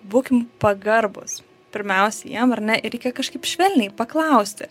būkim pagarbūs pirmiausia jiem ar ne ir reikia kažkaip švelniai paklausti